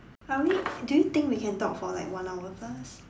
are we do you think we can talk for like one hour first